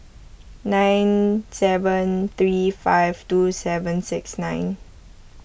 nine seven three five two seven six nine